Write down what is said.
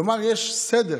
כלומר, יש סדר.